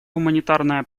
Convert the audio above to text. гуманитарное